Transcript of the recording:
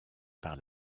par